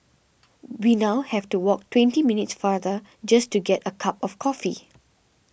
we now have to walk twenty minutes farther just to get a cup of coffee